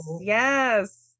Yes